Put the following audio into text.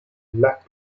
lap